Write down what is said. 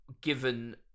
given